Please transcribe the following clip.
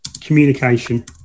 Communication